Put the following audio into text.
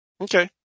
Okay